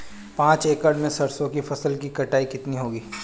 पांच एकड़ में सरसों की फसल की कटाई कितनी होगी?